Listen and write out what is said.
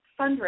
fundraising